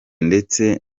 ndetse